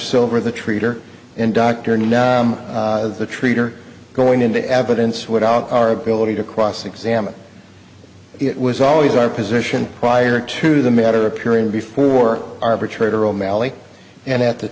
silver the treater in dr no the treater going into evidence without our ability to cross examine it was always our position prior to the matter appearing before arbitrator o'malley and at the